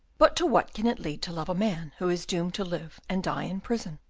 but to what can it lead to love a man who is doomed to live and die in prison?